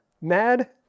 mad